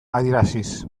adieraziz